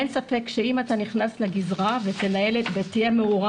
ואין ספק שאם אתה נכנס לגזרה ותהיה מעורב,